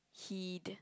heed